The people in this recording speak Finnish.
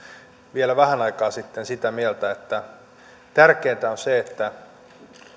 vielä vähän aikaa sitten sitä mieltä että tärkeintä on se että